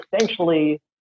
essentially